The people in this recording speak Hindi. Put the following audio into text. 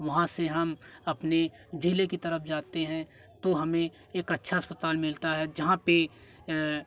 वहाँ से हम अपने जिले की तरफ जाते हैं तो हमें एक अच्छा अस्पताल मिलता है जहाँ पे